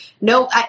no